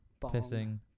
pissing